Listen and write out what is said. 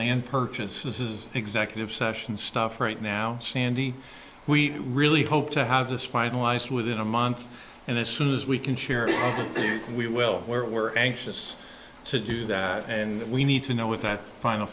land purchases executive session stuff right now sandy we really hope to have this finalized within a month and as soon as we can share it and we will we're anxious to do that and we need to know what that final